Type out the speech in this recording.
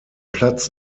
platz